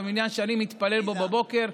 במניין שאני מתפלל בו בבוקר,